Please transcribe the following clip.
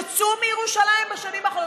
יצאו מירושלים בשנים האחרונות,